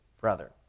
brother